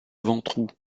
ventroux